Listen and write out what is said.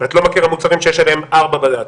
ואת לא מכירה מוצרים שיש עליהם ארבעה בד"צים,